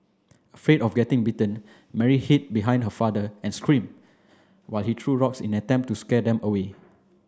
afraid of getting bitten Mary hid behind her father and screamed while he threw rocks in attempt to scare them away